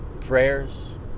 prayers